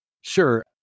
Sure